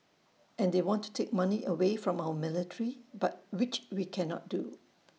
and they want to take money away from our military but which we cannot do